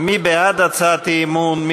מי בעד הצעת האי-אמון?